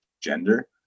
gender